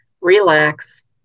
relax